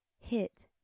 hit